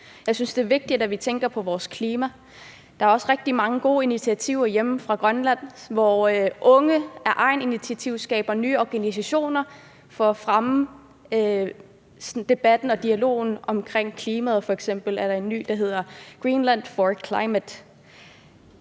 det er vigtigt, at vi tænker på vores klima. Der er også eksempler på rigtig mange gode initiativer hjemme fra Grønland, hvor unge på eget initiativ skaber nye organisationer for at fremme debatten og dialogen omkring klimaet, og f.eks. er der er der en ny, der hedder Greenland for Climate.